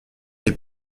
les